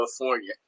California